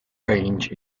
range